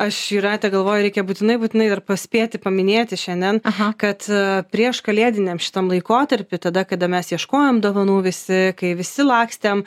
aš jūrate galvoju reikia būtinai būtinai dar paspėti paminėti šiandien kad prieškalėdiniam šitam laikotarpy tada kada mes ieškojom dovanų visi kai visi lakstėm